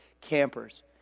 campers